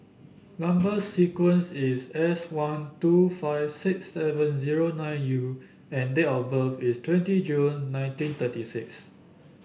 number sequence is S one two five six seven zero nine U and date of birth is twenty June nineteen thirty six